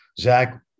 Zach